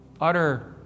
utter